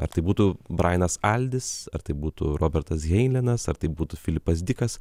ar tai būtų brainas aldis ar tai būtų robertas heinlinas ar tai būtų filipas dikas